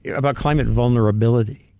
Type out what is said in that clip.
about climate vulnerability,